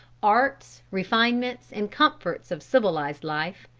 arts, refinements and comforts of civilised life,